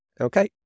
okay